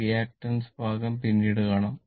reactance ഭാഗം പിന്നീട് കാണാം